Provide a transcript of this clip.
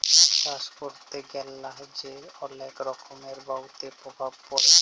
চাষ ক্যরতে গ্যালা যে অলেক রকমের বায়ুতে প্রভাব পরে